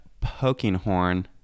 Pokinghorn